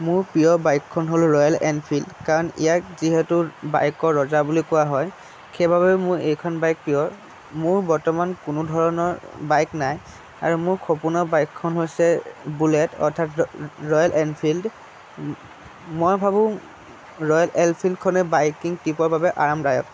মোৰ প্ৰিয় বাইকখন হ'ল ৰয়েল এনফিল্ড কাৰণ ইয়াক যিহেতু বাইকৰ ৰজা বুলি কোৱা হয় সেইবাবে মোৰ এইখন বাইক প্ৰিয় মোৰ বৰ্তমান কোনোধৰণৰ বাইক নাই আৰু মোৰ সপোনৰ বাইকখন হৈছে বুলেট অৰ্থাৎ ৰয়েল এনফিল্ড মই ভাবোঁ ৰয়েল এনফিল্ডখনে বাইকিং ট্ৰিপৰ বাবে আৰামদায়ক